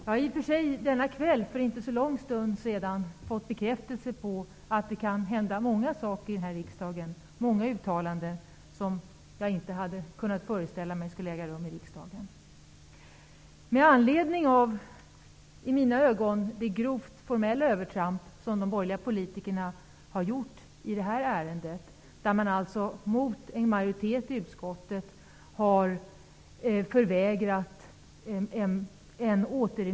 Jag har i och för sig denna kväll, för inte så lång stund sedan, fått bekräftelse på att det kan hända mycket här i riksdagen. Det kan fällas många uttalanden som jag inte hade kunnat föreställa mig skulle fällas i riksdagen. De borgerliga partierna har förvägrat majoriteten i utskottet att skicka ärendet på remiss för att få ytterligare belysning av det.